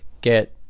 get